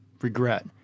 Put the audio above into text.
regret